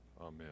amen